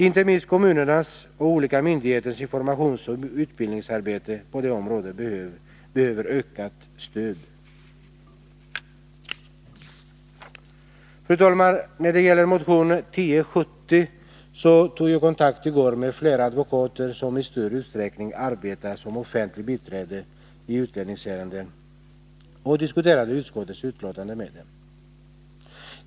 Inte minst kommunernas och olika myndigheters informationsoch utbildningsarbete på det området behöver ökat stöd. Fru talman! När det gäller motion 1070 så tog jag kontakt i går med flera advokater som i stor utsträckning arbetar som offentligt biträde i utlänningsärenden och diskuterade utskottets utlåtanden med dem.